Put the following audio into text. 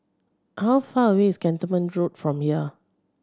how far away is Cantonment Road from here